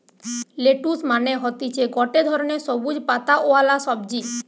lettuce মানে হতিছে গটে ধরণের সবুজ পাতাওয়ালা সবজি